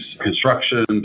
construction